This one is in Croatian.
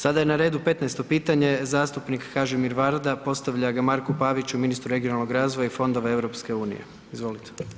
Sada je na redu 15. pitanje zastupnik Kažimir Varda postavlja ga Marku Paviću, ministru regionalnog razvoja i fondova EU, izvolite.